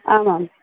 आमाम्